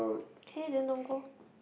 K then don't go